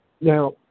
Now